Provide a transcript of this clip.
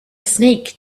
snake